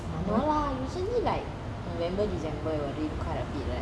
no lah usually like november december it will rain quite a bit right